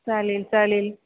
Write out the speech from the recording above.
चालेल चालेल